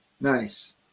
Nice